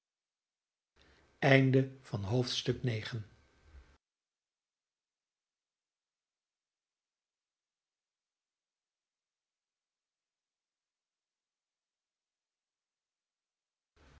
harp van het